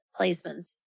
placements